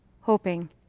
hoping